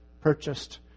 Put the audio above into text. purchased